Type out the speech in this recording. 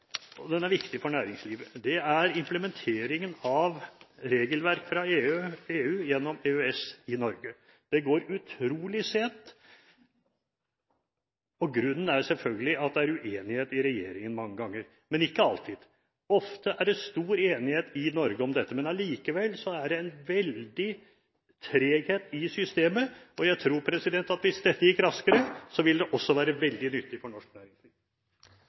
Den er viktig for næringslivet. Det er implementeringen av regelverk fra EU gjennom EØS i Norge. Det går utrolig sent, og grunnen er selvfølgelig at det er uenighet i regjeringen mange ganger, men ikke alltid. Ofte er det stor enighet i Norge om dette. Allikevel er det en stor treghet i systemet. Jeg tror at hvis dette hadde gått raskere, ville det også vært veldig nyttig for norsk næringsliv.